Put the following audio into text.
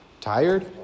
Tired